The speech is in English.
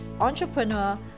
entrepreneur